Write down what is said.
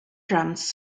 drums